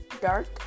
dark